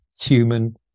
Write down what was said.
human